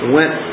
went